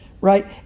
right